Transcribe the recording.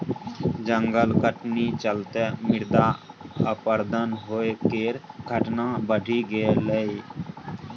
जंगल कटनी चलते मृदा अपरदन होइ केर घटना बढ़ि गेलइ यै